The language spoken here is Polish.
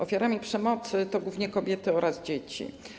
Ofiarami przemocy są głównie kobiety oraz dzieci.